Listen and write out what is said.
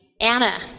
Anna